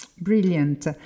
Brilliant